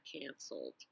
canceled